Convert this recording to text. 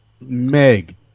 Meg